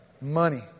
money